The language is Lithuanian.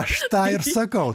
aš tą ir sakau